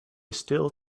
still